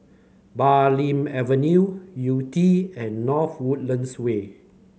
Bulim Avenue Yew Tee and North Woodlands Way